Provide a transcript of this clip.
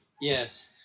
Yes